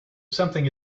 something